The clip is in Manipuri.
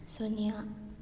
ꯁꯨꯅ꯭ꯌ